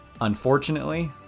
Unfortunately